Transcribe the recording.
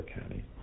County